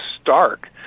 stark